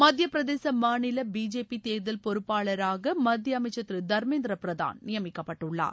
மத்தியப்பிரதேச மாநில பிஜேபி தேர்தல் பொறுப்பாளராக மத்திய அமைச்சர் திரு தர்மேந்திர பிரதான் நியமிக்கப்பட்டுள்ளார்